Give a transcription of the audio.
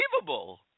unbelievable